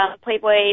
playboy